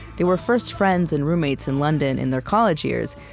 they were first friends and roommates in london in their college years,